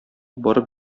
барып